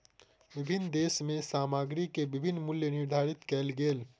विभिन्न देश में सामग्री के विभिन्न मूल्य निर्धारित कएल गेल